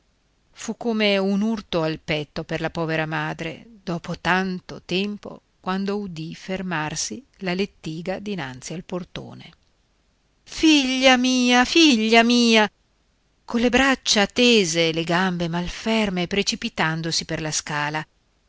fu come un urto al petto per la povera madre dopo tanto tempo quando udì fermarsi la lettiga dinanzi al portone figlia mia figlia mia colle braccia stese le gambe malferme precipitandosi per la scala